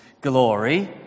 glory